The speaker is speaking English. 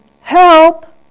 help